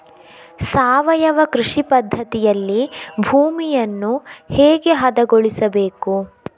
ಸಾವಯವ ಕೃಷಿ ಪದ್ಧತಿಯಲ್ಲಿ ಭೂಮಿಯನ್ನು ಹೇಗೆ ಹದಗೊಳಿಸಬೇಕು?